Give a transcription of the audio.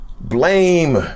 Blame